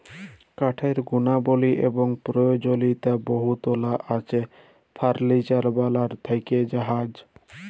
কাঠের গুলাবলি এবং পরয়োজলীয়তা বহুতলা আছে ফারলিচার বালাল থ্যাকে জাহাজ